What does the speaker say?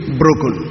broken